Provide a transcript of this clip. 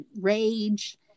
rage